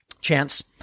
chance